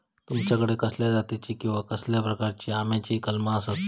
तुमच्याकडे कसल्या जातीची किवा कसल्या प्रकाराची आम्याची कलमा आसत?